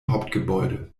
hauptgebäude